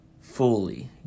fully